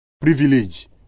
privilege